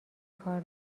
کار